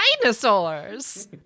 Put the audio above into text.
dinosaurs